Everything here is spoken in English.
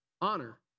honor